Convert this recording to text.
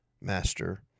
master